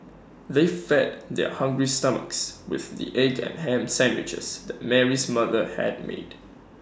they fed their hungry stomachs with the egg and Ham Sandwiches that Mary's mother had made